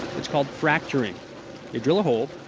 it's called fracturing you drill a hole,